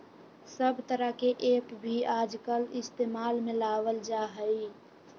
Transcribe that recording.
सब तरह के ऐप भी आजकल इस्तेमाल में लावल जाहई